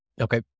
Okay